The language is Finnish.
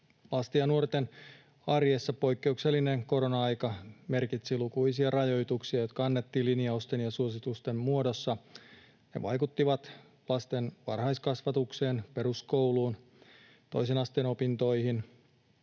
Lasten ja nuorten arjessa poikkeuksellinen korona-aika merkitsi lukuisia rajoituksia, jotka annettiin linjausten ja suositusten muodossa. Ne vaikuttivat lasten varhaiskasvatukseen, peruskouluun, toisen asteen opintoihin,